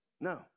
No